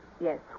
Yes